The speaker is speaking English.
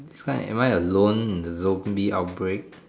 why am I alone in the zombie outbreak